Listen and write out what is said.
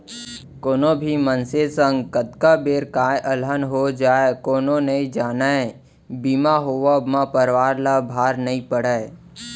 कोनो भी मनसे संग कतका बेर काय अलहन हो जाय कोनो नइ जानय बीमा होवब म परवार ल भार नइ पड़य